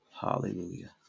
hallelujah